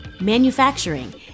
manufacturing